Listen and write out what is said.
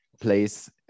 place